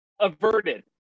averted